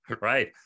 right